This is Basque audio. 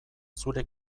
zure